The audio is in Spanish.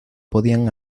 podían